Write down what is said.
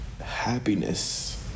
happiness